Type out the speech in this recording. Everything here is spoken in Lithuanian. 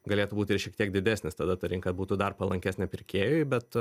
galėtų būti ir šiek tiek didesnis tada ta rinka būtų dar palankesnė pirkėjui bet